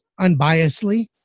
unbiasedly